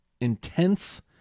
intense